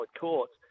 courts